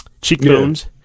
cheekbones